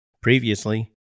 Previously